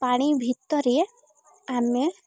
ପାଣି ଭିତରେ ଆମେ